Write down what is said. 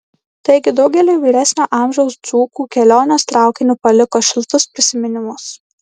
taigi daugeliui vyresnio amžiaus dzūkų kelionės traukiniu paliko šiltus prisiminimus